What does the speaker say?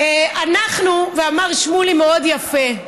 אנחנו, ואמר שמולי מאוד יפה,